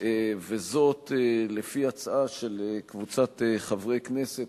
וזאת לפי הצעה של קבוצת חברי כנסת,